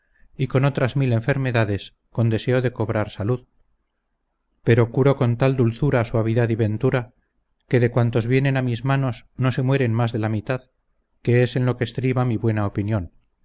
y con otras mil enfermedades con deseo de cobrar salud pero curo con tal dulzura suavidad y ventura que de cuantos vienen a mis manos no se mueren mas de la mitad que es en lo que estriba mi buena opinión